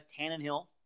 Tannenhill